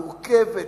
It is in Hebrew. מורכבת,